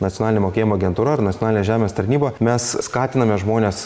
nacionalinė mokėjimo agentūra ar nacionalinė žemės tarnyba mes skatiname žmones